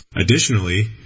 Additionally